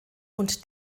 und